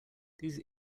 those